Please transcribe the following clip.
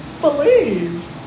believe